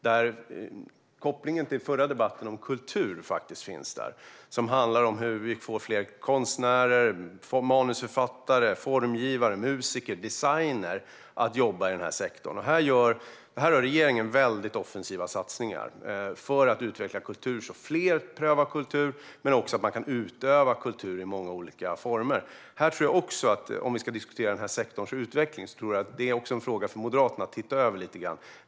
Här finns faktiskt en koppling till förra debatten om kultur. Det handlar om att få fler konstnärer, manusförfattare, formgivare, musiker och designer att jobba i denna sektor. Här gör regeringen offensiva satsningar för att utveckla kultur så att fler prövar på kultur och så att man kan utöva kultur i många olika former. Ska vi diskutera dataspelsektorns utveckling är detta en fråga för Moderaterna att se över.